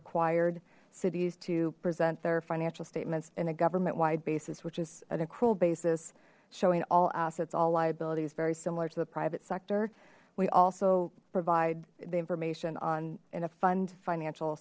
required cities to present their financial statements in a government wide basis which is an accrual basis showing all assets all very similar to the private sector we also provide the information on in a fund financial